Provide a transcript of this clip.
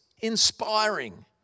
inspiring